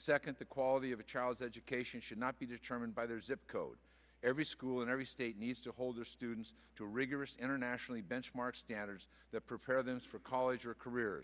second the quality of a child's education should not be determined by their zip code every school and every state needs to hold their students to a rigorous internationally benchmark standards that prepare them for college or career